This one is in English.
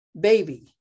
baby